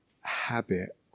habit